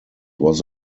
was